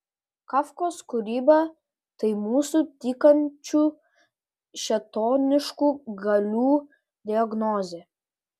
kafkos kūryba tai mūsų tykančių šėtoniškų galių diagnozė